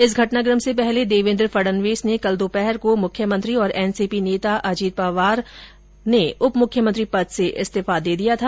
इस घटनाकम से पहले देवेंद्र फड़नवीस ने कल दोपहर को मुख्यमंत्री और एनसीपी नेता अजित पवार ने उपमुख्यमंत्री पद से इस्तीफा दे दिया था